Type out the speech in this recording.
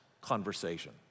conversation